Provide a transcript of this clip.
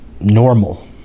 normal